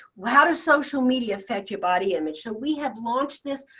well, how does social media affect your body image. so we have launched this.